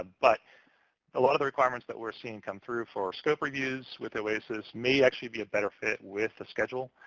ah but a lot of the requirements that we're seeing come through for scope reviews with oasis may actually be a better fit with the schedule.